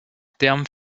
terme